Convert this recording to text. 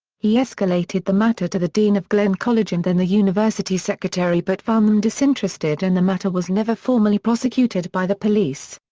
he escalated the matter to the dean of glenn college and then the university secretary but found them disinterested and the matter was never formally prosecuted by the police.